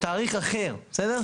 לתאריך אחר, בסדר?